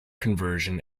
conversion